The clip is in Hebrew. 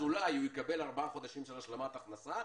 אולי הוא יקבל 4 חודשים של השלמת השכלה,